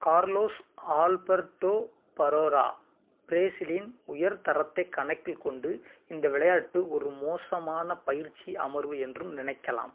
Carlos Alberto Parreira பிரேசிலின் உயர் தரத்தைக் கணக்கில் கொண்டு இந்த விளையாட்டு ஒரு மோசமான பயிற்சி அமர்வு என்றும் நினைக்கலாம்